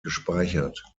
gespeichert